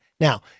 Now